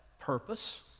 purpose